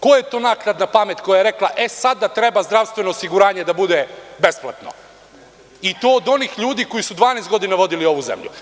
Koja je to naknadna pamet koja je rekla – sada treba zdravstveno osiguranje da bude besplatno, i to od onih ljudi koji su 12 godina vodili ovu zemlju?